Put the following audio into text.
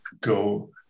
go